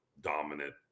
dominant